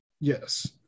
Yes